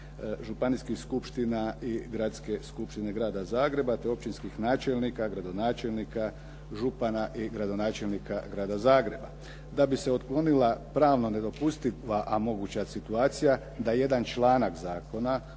županijskih skupština i Gradske skupštine Grada Zagreba te općinskih načelnika, gradonačelnika, župana i gradonačelnika Grada Zagreba. Da bi se otklonila pravno nedopustiva, a moguća situacija da jedan članak zakona,